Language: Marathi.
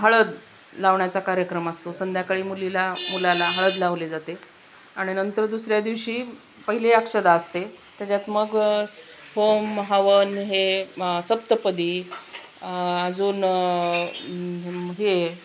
हळद लावण्याचा कार्यक्रम असतो संध्याकाळी मुलीला मुलाला हळद लावली जाते आणि नंतर दुसऱ्या दिवशी पहिली अक्षता असते त्याच्यात मग होम हवन हे मग सप्तपदी अजून हे